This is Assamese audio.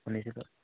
শুনিছিলোঁ